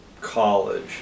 college